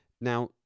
Now